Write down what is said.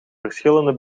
verschillende